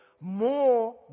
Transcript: more